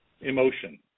emotion